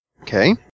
Okay